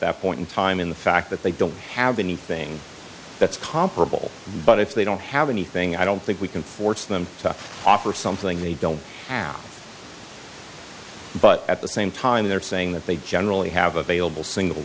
that point in time in the fact that they don't have anything that's comparable but if they don't have anything i don't think we can force them to offer something they don't have but at the same time they're saying that they generally have available single